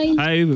hi